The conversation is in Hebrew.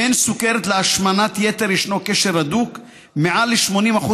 בין סוכרת להשמנת יתר ישנו קשר הדוק: מעל ל-80%